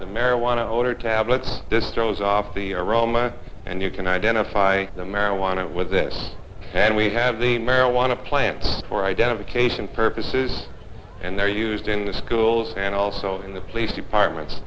the marijuana odor tablets this throws off the aroma and you can identify the marijuana with this and we have the marijuana plant for identification purposes and they're used in the schools and also in the police departments